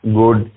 good